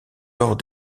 lors